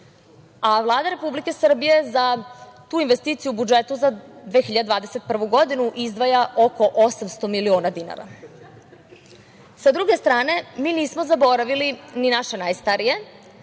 Vlada Republike Srbije za tu investiciju u budžetu za 2021. godinu izdvaja oko 800 miliona dinara. Sa druge strane, nismo zaboravili ni naše najstarije,